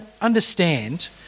understand